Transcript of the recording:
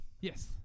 Yes